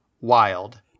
wild